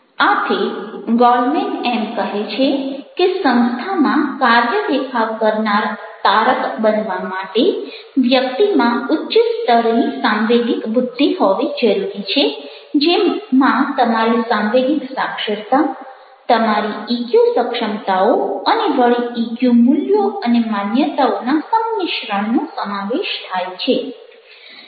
આથી ગોલમેન એમ કહે છે કે સંસ્થામાં કાર્ય દેખાવ કરનાર તારક બનવા માટે વ્યક્તિમાં ઉચ્ચ સ્તરની સાંવેગિક બુદ્ધિ હોવી જરૂરી છે જેમાં તમારી સાંવેગિક સાક્ષરતા તમારી ઇક્યુ સક્ષમતાઓ અને વળી ઇક્યુ મૂલ્યો અને માન્યતાઓના સંમિશ્રણનો સમાવેશ થાય છે